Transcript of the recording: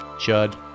Judd